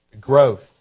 Growth